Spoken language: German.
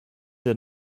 der